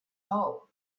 hole